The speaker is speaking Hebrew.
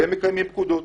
הם מקיימים פקודות